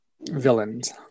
Villains